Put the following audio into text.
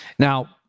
Now